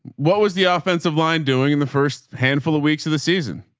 what was the offensive line doing in the first handful of weeks of the season?